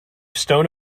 stone